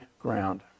ground